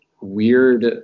weird